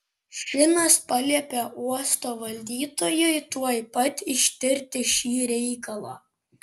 šinas paliepė uosto valdytojui tuoj pat ištirti šį reikalą